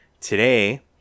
today